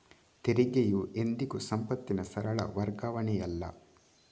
ತೆರಿಗೆಯು ಎಂದಿಗೂ ಸಂಪತ್ತಿನ ಸರಳ ವರ್ಗಾವಣೆಯಲ್ಲ